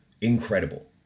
incredible